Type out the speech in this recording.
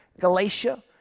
Galatia